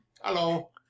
Hello